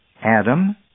Adam